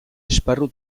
esparru